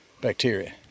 bacteria